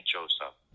Joseph